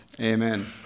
amen